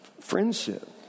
Friendship